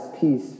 peace